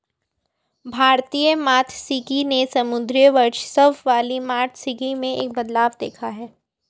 भारतीय मात्स्यिकी ने समुद्री वर्चस्व वाली मात्स्यिकी में एक बदलाव देखा है